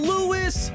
Lewis